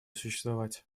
существовать